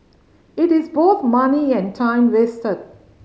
it is both money and time wasted